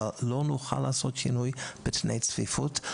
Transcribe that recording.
אבל לא נוכל לעשות שינוי בתנאי הצפיפות,